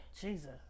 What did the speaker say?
Jesus